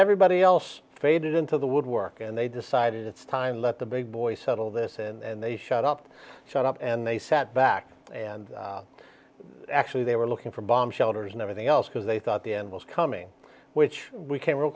everybody else faded into the woodwork and they decided it's time let the big boys settle this and they shut up shut up and they sat back and actually they were looking for bomb shelters and everything else because they thought the end was coming which we came real